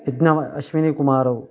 यज्ञव अश्विनीकुमारौ